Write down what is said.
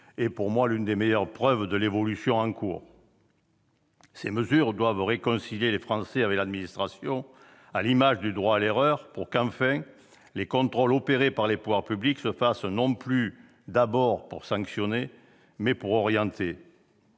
est, pour moi, l'une des meilleures preuves de l'évolution en cours. Ces mesures doivent réconcilier les Français avec l'administration, à l'image du droit à l'erreur, pour qu'enfin les contrôles opérés par les pouvoirs publics soient réalisés non plus d'abord pour sanctionner, mais pour orienter.